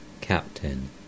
Captain